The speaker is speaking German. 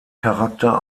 charakter